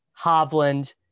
hovland